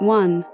one